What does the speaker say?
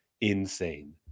insane